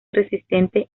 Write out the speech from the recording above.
resistentes